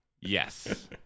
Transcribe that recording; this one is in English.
Yes